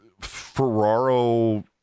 Ferraro